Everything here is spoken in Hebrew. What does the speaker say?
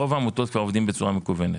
רוב העמותות כבר עובדים בצורה מקוונת,